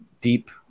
deep